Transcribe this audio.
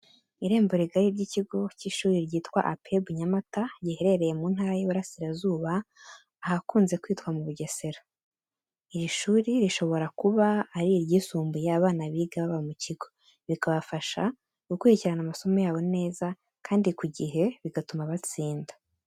Irembo rigari ry'ikigo cy'ishuri ryitwa Apebu Nyamata, giherereye mu ntara y'Iburasirazuba ahakunze kwitwa mu Bugesera. Iri shuri rishobora kuba ari iryisumbuye abana biga baba mu kigo, bikabafasha gukurikirana amasomo yabo neza kandi ku gihe bigatuma batsinda.